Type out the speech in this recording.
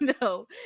no